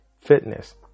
fitness